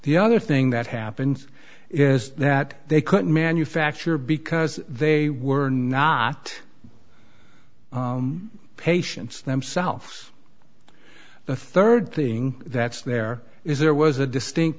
the other thing that happens is that they couldn't manufacture because they were not patients themselves the rd thing that's there is there was a distinct